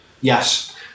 yes